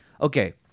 okay